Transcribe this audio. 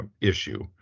issue